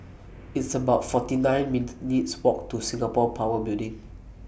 It's about forty nine minutes' Walk to Singapore Power Building